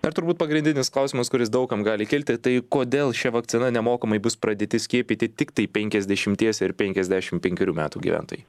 dar turbūt pagrindinis klausimas kuris daug kam gali kilti tai kodėl šia vakcina nemokamai bus pradėti skiepyti tiktai penkiasdešimties ir penkiasdešimt penkerių metų gyventojai